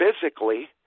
physically